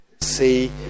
See